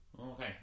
Okay